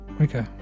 Okay